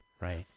Right